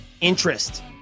interest